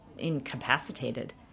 incapacitated